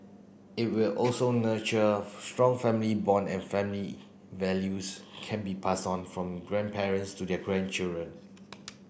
it will also nurture strong family bond and family values can be passed on from grandparents to their grandchildren